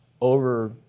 over